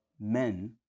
men